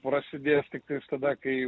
prasidės tiktais tada kai